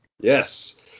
Yes